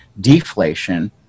deflation